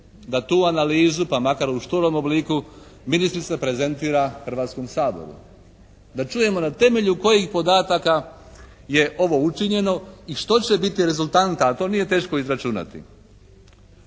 da tu analizu pa makar u šturom obliku ministrica prezentira Hrvatskom saboru, da čujemo na temelju kojih podataka je ovo učinjeno i što će biti rezultanta, a to nije teško izračunati.